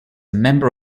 member